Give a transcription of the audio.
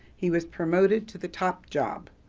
he was promoted to the top job,